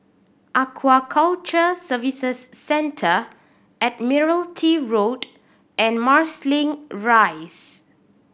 Aquaculture Services Centre Admiralty Road and Marsiling Rise